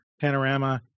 panorama